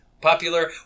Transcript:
popular